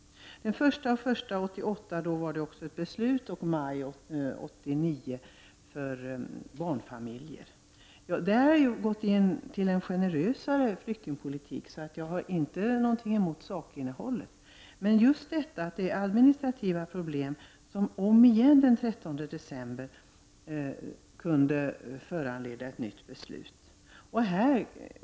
Den 1 januari 1988 fattades ett beslut, och i maj 1989 ett beslut angående barnfamiljer. Där fick vi en generösare flyktingpolitik, så jag har ingenting emot sakinnehållet i dessa beslut. Men de administrativa problemen föranledde ett nytt beslut den 13 december.